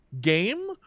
game